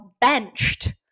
benched